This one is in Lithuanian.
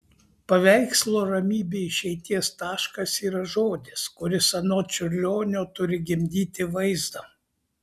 paveikslo ramybė išeities taškas yra žodis kuris anot čiurlionio turi gimdyti vaizdą